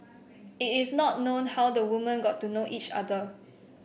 it is not known how the women got to know each other